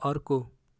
अर्को